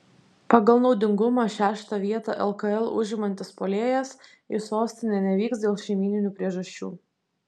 pagal naudingumą šeštą vietą lkl užimantis puolėjas į sostinę nevyks dėl šeimyninių priežasčių